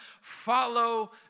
follow